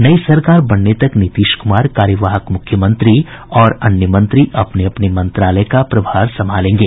नई सरकार बनने तक नीतीश कूमार कार्यवाहक मुख्यमंत्री और अन्य मंत्री अपने अपने मंत्रालय का प्रभार संभालेंगे